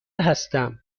هستم